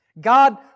God